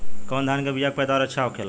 कवन धान के बीया के पैदावार अच्छा होखेला?